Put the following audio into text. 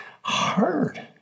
hard